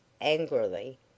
angrily